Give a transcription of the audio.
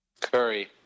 Curry